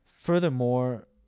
Furthermore